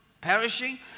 perishing